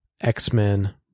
X-Men